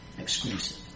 exclusive